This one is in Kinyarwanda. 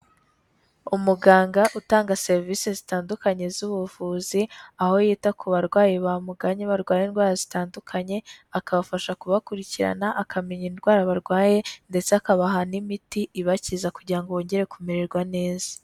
Umuganga utanga serivisi zitandukanye z'ubuvuzi, aho yita ku barwayi bamugannye barwaye indwara zitandukanye, akabafasha kubakurikirana, akamenya indwara barwaye ndetse akabaha n'imiti ibakiza kugira ngo bongere kumererwa neza.